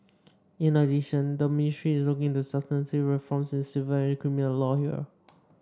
in addition the ministry is looking into substantive reforms in civil and criminal law here